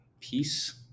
peace